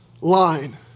line